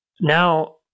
now